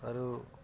ଆରୁ